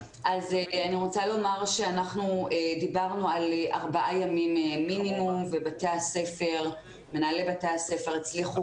רוצה לומר שאנחנו דיברנו על מינימום ארבעה ימים ומנהלי בתי הספר,